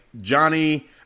Johnny